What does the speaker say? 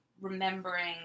remembering